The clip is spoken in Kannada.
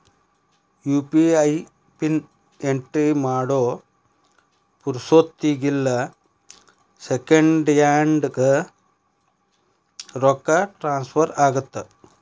ಯು.ಪಿ.ಐ ಪಿನ್ ಎಂಟ್ರಿ ಮಾಡೋ ಪುರ್ಸೊತ್ತಿಗಿಲ್ಲ ಸೆಕೆಂಡ್ಸ್ನ್ಯಾಗ ರೊಕ್ಕ ಟ್ರಾನ್ಸ್ಫರ್ ಆಗತ್ತ